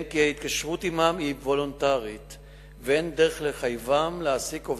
רצוני לשאול: 1. האם נחקרה